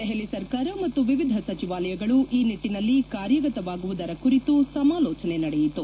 ದೆಹಲಿ ಸರ್ಕಾರ ಮತ್ತು ವಿವಿಧ ಸಚಿವಾಲಯಗಳು ಈ ನಿಟ್ಟಿನಲ್ಲಿ ಕಾರ್ಯಗತವಾಗುವುದರ ಕುರಿತು ಸಮಾಲೋಚನೆ ನಡೆಯಿತು